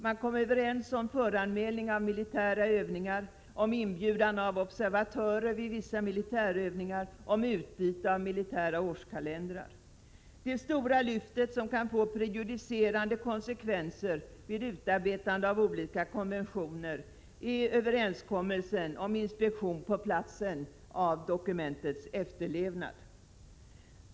Man kom överens om föranmälning av militära övningar, om inbjudan av observatörer vid vissa militärövningar och om utbyte av militära årskalendrar. Det stora lyftet, som kan få prejudicerande konsekvenser vid utarbetande av olika konventioner, är överenskommelsen om inspektion på platsen av dokumentets efterlevnad.